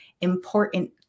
important